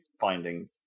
finding